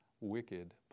wicked